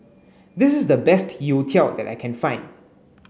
this is the best youtiao that I can find